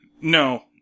no